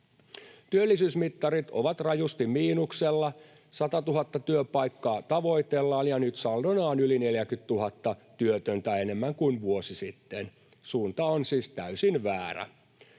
Työllisyysmittarit ovat rajusti miinuksella: sataatuhatta työpaikkaa tavoitellaan, ja nyt saldona on yli 40 000 työtöntä enemmän kuin vuosi sitten. Suunta on siis täysin väärä.